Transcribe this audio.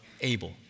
Abel